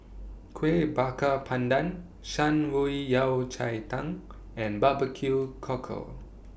Kuih Bakar Pandan Shan Rui Yao Cai Tang and Barbecue Cockle